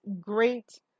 great